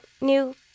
new